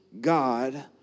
God